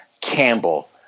Campbell